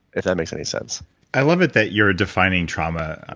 if that makes any sense i love it that you're defining trauma,